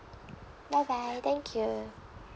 bye bye thank you